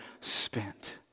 spent